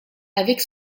avec